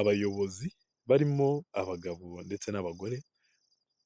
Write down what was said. Abayobozi barimo abagabo ndetse n'abagore,